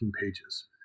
pages